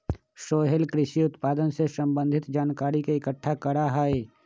सोहेल कृषि उत्पादन से संबंधित जानकारी के इकट्ठा करा हई